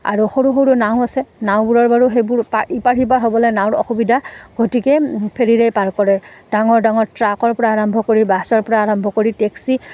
আৰু সৰু সৰু নাও আছে নাওবোৰৰ বাৰু সেইবোৰ ইপাৰ সিপাৰ হ'বলৈ নাৱৰ অসুবিধা গতিকে ফেৰিৰেই পাৰ কৰে ডাঙৰ ডাঙৰ ট্ৰাকৰ পৰা আৰম্ভ কৰি বাছৰ পৰা আৰম্ভ কৰি টেক্সি